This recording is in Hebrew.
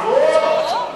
ברור,